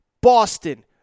Boston